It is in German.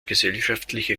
gesellschaftliche